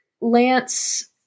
Lance